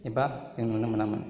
एबा जों नुनो मोनामोन